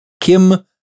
Kim